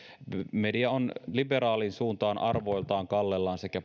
media on arvoiltaan liberaaliin suuntaan kallellaan sekä